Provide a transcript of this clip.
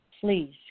please